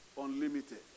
unlimited